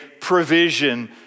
provision